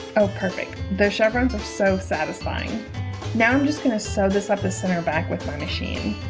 oh perfect the chevrons are so satisfying now i'm just going to sew this up the center back with my machine